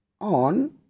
on